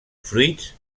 fruits